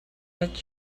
with